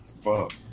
Fuck